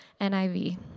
NIV